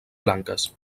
blanques